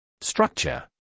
Structure